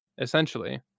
essentially